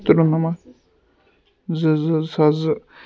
تُرُنَمَتھ زٕ زٕ زٕ ساس زٕ